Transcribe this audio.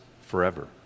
forever